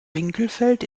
winkelfeld